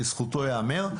לזכותו ייאמר,